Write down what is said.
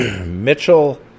Mitchell